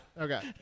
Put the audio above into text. okay